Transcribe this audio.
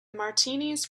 martinis